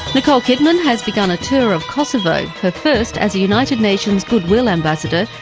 nicole kidman has begun a tour of kosovo, her first as united nations goodwill ambassador,